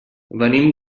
venim